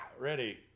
ready